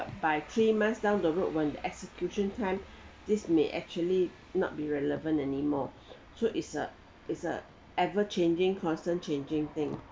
by three months down the road when the execution time this may actually not be relevant anymore so it's a it's a ever changing constant changing thing